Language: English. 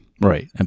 Right